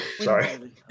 Sorry